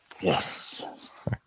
Yes